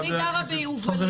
אני גרה ביובלים,